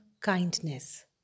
kindness